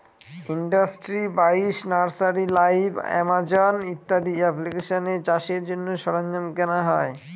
industry বাইশ, nursery live, Amazon ইত্যাদি এপ্লিকেশানে চাষের জন্য সরঞ্জাম কেনা হয়